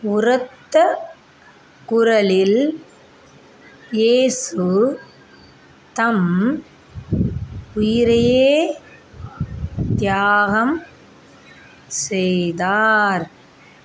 உரத்த குரலில் இயேசு தம் உயிரையே தியாகம் செய்தார்